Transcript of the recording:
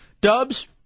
Dubs